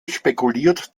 spekuliert